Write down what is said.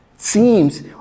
seems